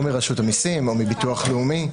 או מרשות המסים, או מביטוח לאומי.